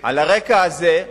על הרקע הזה,